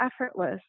effortless